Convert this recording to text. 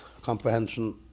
comprehension